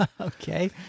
Okay